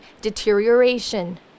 deterioration